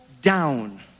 down